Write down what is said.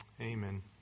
Amen